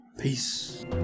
Peace